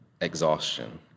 exhaustion